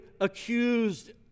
accused